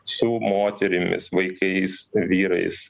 su moterimis vaikais vyrais